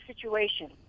situation